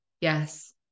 Yes